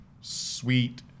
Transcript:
sweet